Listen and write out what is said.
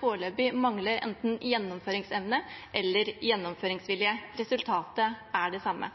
foreløpig mangler enten gjennomføringsevne eller gjennomføringsvilje. Resultatet er det samme.